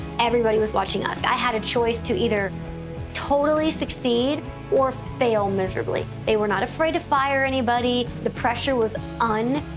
everybody was watching us. i had a choice to either totally succeed or fail miserably. they were not afraid to fire anybody. the pressure was unbelievable.